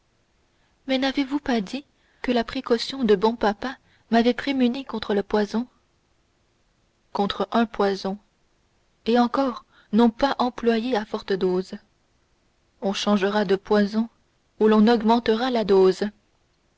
mais n'avez-vous donc pas dit que la précaution de bon papa m'avait prémunie contre le poison contre un poison et encore non pas employé à forte dose on changera de poison ou l'on augmentera la dose